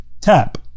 tap